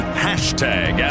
hashtag